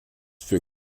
für